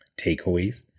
takeaways